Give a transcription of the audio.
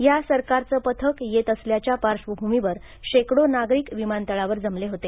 या सरकारचं पथक येत असल्याच्या पार्श्वभूमीवर शेकडो नागरिक या विमानतळावर जमले होते